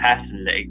personally